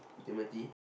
Timothy